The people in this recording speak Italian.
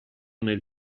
nel